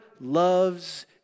loves